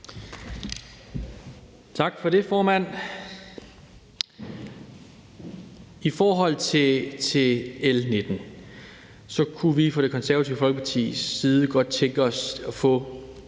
Tak for det, formand. I forhold til L 19 kunne vi fra Det Konservative Folkepartis side godt tænke os at få